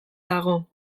dago